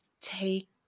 take